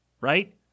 Right